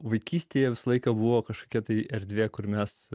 vaikystėje visą laiką buvo kažkokia tai erdvė kur mes